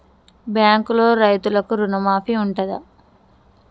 బ్యాంకులో రైతులకు రుణమాఫీ ఉంటదా?